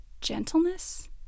Gentleness